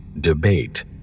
debate